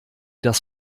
das